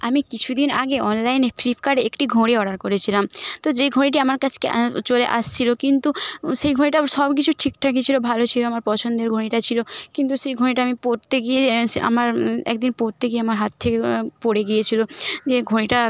আমি কিছু দিন আগে অনলাইনে ফ্লিপকার্টে একটি ঘড়ি অর্ডার করেছিলাম তো যেই ঘড়িটি আমার কাছকে চলে আসছিলো কিন্তু সেই ঘড়িটার সব কিছু ঠিকঠাকই ছিলো ভালো ছিলো আমার পছন্দের ঘড়িটা ছিলো কিন্তু সেই ঘড়িটা আমি পরতে গিয়েই আমার এক দিন পরতে গিয়ে আমার হাত থেকে পড়ে গিয়েছিলো দিয়ে ঘড়িটা